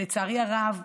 ולצערי הרב,